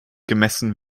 gemessen